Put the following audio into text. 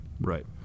right